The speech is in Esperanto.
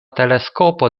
teleskopo